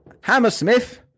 Hammersmith